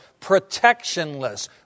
protectionless